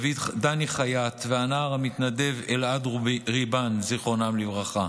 דני חייט והנער המתנדב אלעד ריבן, זיכרונם לברכה,